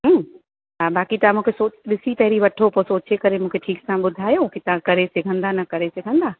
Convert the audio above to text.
हूं हा बाक़ी तव्हां मूंखे सो ॾिसी पहिरीं वठो पोइ सोचे करे मूंखे ठीकु सां ॿुधायो की तव्हां करे सघंदा न करे सघंदा